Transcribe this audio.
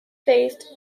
placed